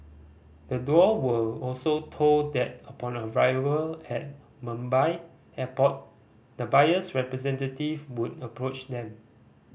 the duo were also told that upon arrival at Mumbai Airport the buyer's representative would approach them